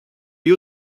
you